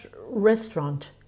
restaurant